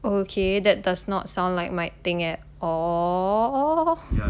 okay that does not sound like my thing at all